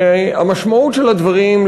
שהמשמעות של הדברים,